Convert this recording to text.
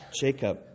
Jacob